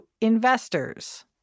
investors